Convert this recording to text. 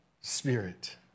Spirit